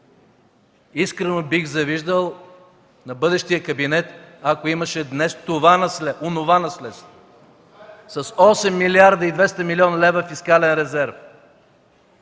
Искрено бих завиждал на бъдещия кабинет, ако имаше днес онова наследство с 8 млрд. 200 млн. лв. фискален резерв,